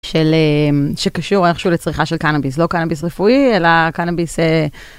שקשור איכשהו לצריכה של קנאביס, לא קנאביס רפואי, אלא קנאביס...